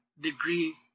degree